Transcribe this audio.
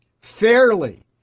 fairly